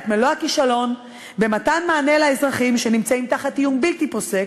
את מלוא הכישלון במתן מענה לאזרחים שנמצאים תחת איום בלתי פוסק,